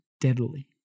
deadly